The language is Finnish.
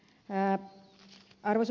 arvoisa puhemies